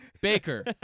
Baker